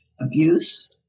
abuse